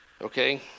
Okay